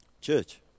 church